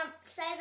say